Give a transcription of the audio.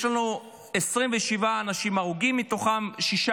יש לנו 27 אנשים הרוגים, מתוכם 17